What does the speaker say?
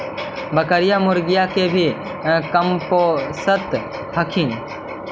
बकरीया, मुर्गीया के भी कमपोसत हखिन?